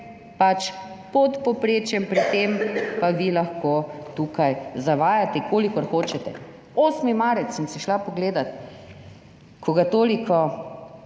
je pod povprečjem pri tem, pa vi lahko tukaj zavajate, kolikor hočete. Inštitut 8. marec, sem si šla pogledat, ko ga tako